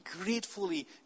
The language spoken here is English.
gratefully